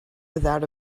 without